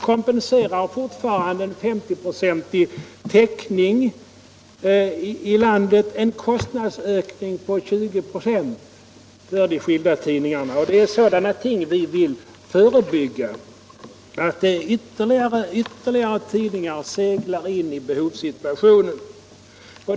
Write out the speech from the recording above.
Kompenserar då fortfarande en 50-procentig täckning en årlig kostnadsökning på 20 926 för de tidningar som inte får presstöd? Vi vill förebygga att ytterligare tidningar seglar in i behovssituationen.